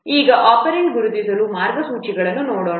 ಈಗ ಒಪೆರಾಂಡ್ಗಳನ್ನು ಗುರುತಿಸಲು ಮಾರ್ಗಸೂಚಿಗಳನ್ನು ನೋಡೋಣ